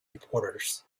reporters